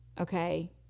okay